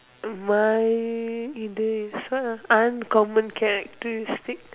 why if there is a uncommon characteristic